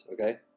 okay